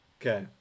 Okay